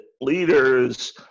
leaders